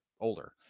older